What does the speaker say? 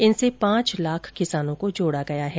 इनसे पांच लांख किसानों को जोड़ा गया है